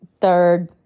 Third